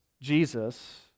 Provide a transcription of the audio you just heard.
Jesus